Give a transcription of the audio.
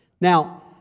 Now